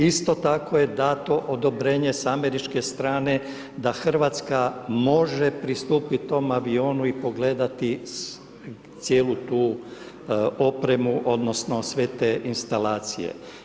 Isto tako je dato odobrenje sa američke strane da Hrvatska može pristupit tome avionu i pogledati cijelu tu opremu odnosno sve te instalacije.